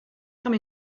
come